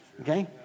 Okay